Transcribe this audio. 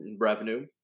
revenue